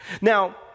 Now